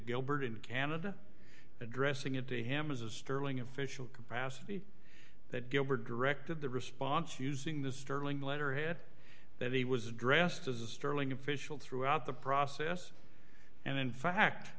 gilbert in canada addressing it to him as a sterling official capacity that gilbert directed the response using the sterling letterhead that he was dressed as a sterling official throughout the process and in fact